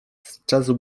sczezł